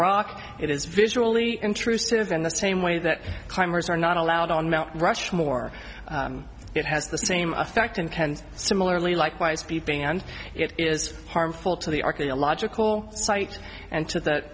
rock it is visually intrusive in the same way that climbers are not allowed on mount rushmore it has the same effect in cannes similarly likewise peeping and it is harmful to the archaeological site and to the